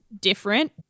different